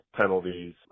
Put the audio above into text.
penalties